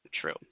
true